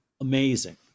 amazing